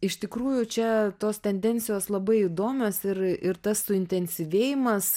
iš tikrųjų čia tos tendencijos labai įdomios ir ir tas suintensyvėjimas